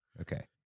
Okay